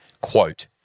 Quote